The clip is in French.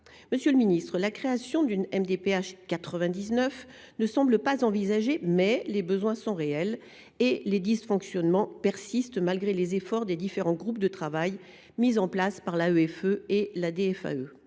Monsieur le ministre, si la création d’une « MDPH 99 » ne semble pas envisagée, les besoins sont réels et les dysfonctionnements persistent, malgré les efforts des différents groupes de travail mis en place par l’AEFE et la